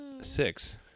Six